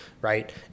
right